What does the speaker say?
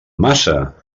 massa